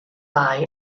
bai